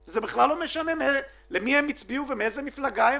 ומה קיבלו ה-120,000 האלה?